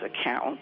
account